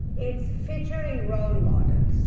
it's featuring role models